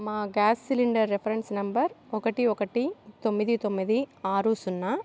మా gas cylinder reference number ఒకటి ఒకటి తొమ్మిది తొమ్మిది ఆరు సున్నా